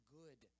good